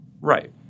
Right